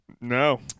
No